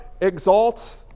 exalts